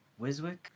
Wiswick